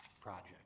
project